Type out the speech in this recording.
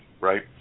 right